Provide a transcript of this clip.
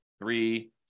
three